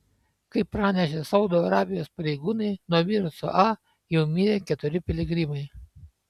kaip pranešė saudo arabijos pareigūnai nuo viruso a jau mirė keturi piligrimai